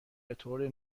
بطور